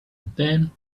then